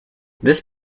this